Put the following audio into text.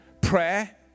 Prayer